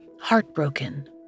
heartbroken